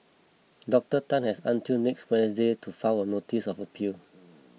Doctor Tan has until next Wednesday to file a notice of appeal